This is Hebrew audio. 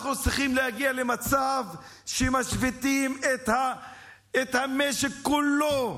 אנחנו צריכים להגיע למצב שמשביתים את המשק כולו,